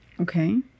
Okay